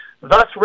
thus